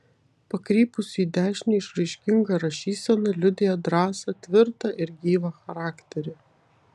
pakrypusi į dešinę išraiškinga rašysena liudija drąsą tvirtą ir gyvą charakterį